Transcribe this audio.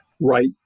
right